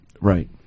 right